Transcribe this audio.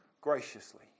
graciously